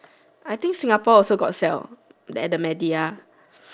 I think Singapore also got sell that at the media